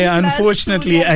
unfortunately